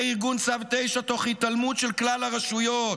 ארגון צו 9 תוך התעלמות של כלל הרשויות.